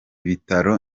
bitaro